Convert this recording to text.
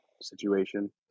situation